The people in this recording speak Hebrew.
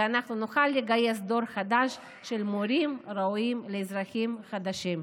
ואנחנו נוכל לגייס דור חדש של מורים ראויים לאזרחים חדשים.